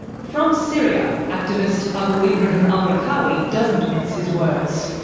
from syria, activist abu ibrahim al-raqqawi doesn't mince his words.